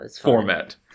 format